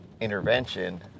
intervention